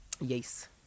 yes